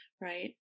right